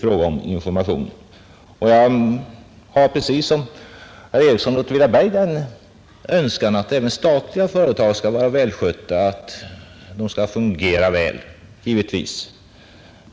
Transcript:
Jag önskar precis som herr Ericsson i Åtvidaberg att även statliga företag skall vara välskötta och fungera väl.